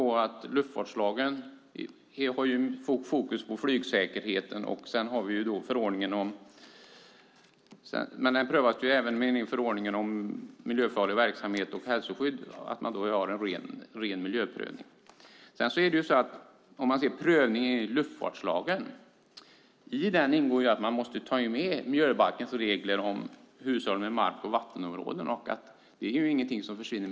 Luftfartslagen fokuserar på flygsäkerheten. Prövning sker även enligt förordningen om miljöfarlig verksamhet och hälsoskydd. Det handlar om att ha en ren miljöprövning. I prövningen enligt luftfartslagen ingår att ta med miljöbalkens regler om hushållning med mark och vattenområden. Det där försvinner inte.